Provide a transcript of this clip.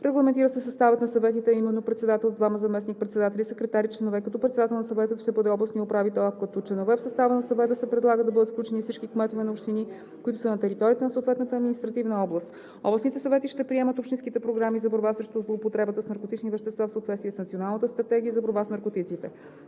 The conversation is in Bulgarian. Регламентира се съставът на съветите, а имено председател, двама заместник-председатели, секретар и членове, като председател на съвета ще бъде областният управител, а като членове в състава на съвета се предлага да бъдат включени всички кметове на общини, които са на територията на съответната административна област. Областните съвети ще приемат общинските програми за борба срещу злоупотребата с наркотични вещества в съответствие с Националната стратегия за борба с наркотиците.